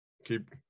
keep